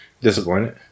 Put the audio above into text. Disappointed